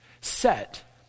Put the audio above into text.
set